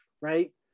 right